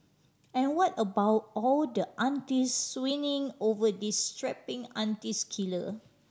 and what about all the aunty swooning over these strapping aunties killer